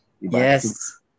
Yes